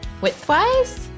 widthwise